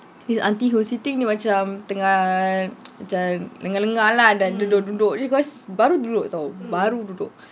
this aunty who's sitting dia macam tengah macam lengah-lengah lah nak duduk-duduk because baru duduk [tau] baru duduk